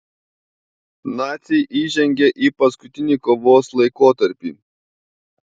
naciai įžengė į paskutinį kovos laikotarpį